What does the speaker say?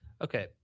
Okay